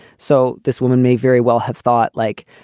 so this woman may very well have thought, like,